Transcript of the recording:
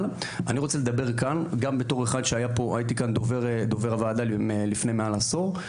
אבל אני רוצה לדבר כאן גם כמי שהיה כאן דובר ועדה לפני מעל עשור.